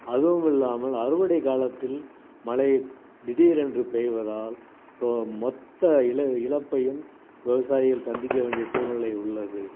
அதுவும் இல்லாமல் அறுவடைக் காலத்தில் மழையே திடீர் என்று பெய்வதால் இப்போ மொத்த இழ இழப்பையும் விவசாயிகள் சந்திக்க வேண்டிய சூழ்நிலை உள்ளது